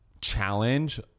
challenge